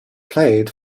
played